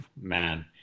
man